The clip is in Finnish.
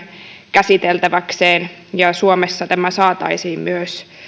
käsiteltäväkseen ja suomessa tämä saataisiin myös